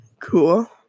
Cool